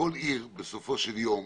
כל עיר בסופו של יום